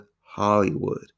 Hollywood